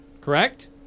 Correct